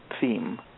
theme